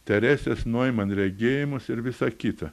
teresės noiman regėjimus ir visa kita